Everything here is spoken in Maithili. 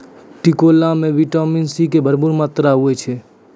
टिकोला मॅ विटामिन सी के भरपूर मात्रा होय छै